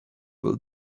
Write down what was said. will